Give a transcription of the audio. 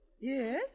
Yes